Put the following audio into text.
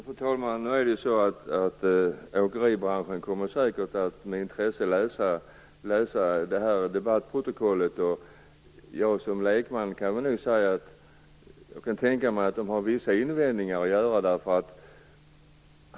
Fru talman! Nu är det så att man i åkeribranschen säkert kommer att läsa detta debattprotokoll med intresse. Jag som lekman kan då säga att jag kan tänka mig att man har vissa invändningar att göra.